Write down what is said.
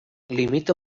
limita